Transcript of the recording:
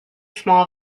small